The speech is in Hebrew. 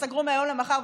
סגרו מהיום למחר,